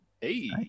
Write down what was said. Hey